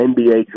NBA